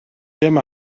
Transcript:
dim